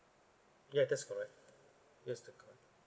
ya that's correct yes that correct